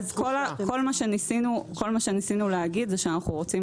כל מה שניסינו להגיד זה שאנחנו רוצים